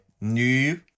new